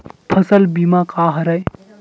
फसल बीमा का हरय?